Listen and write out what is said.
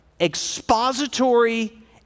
expository